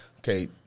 Okay